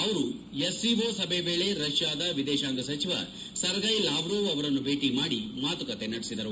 ಅವರು S C O ಸಭೆ ವೇಳಿ ರಷ್ನಾದ ವಿದೇಶಾಂಗ ಸಚಿವ ಸರ್ಗ್ವೆ ಲಾವ್ರೋವ್ ಅವರನ್ನು ಭೇಟಿ ಮಾದಿ ಮಾತುಕತೆ ನಡೆಸಿದರು